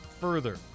further